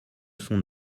son